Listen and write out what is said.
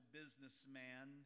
businessman